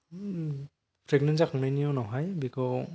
pregnant जाखांनायनि उनावहाय बेखौ